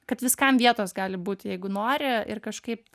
kad viskam vietos gali būti jeigu nori ir kažkaip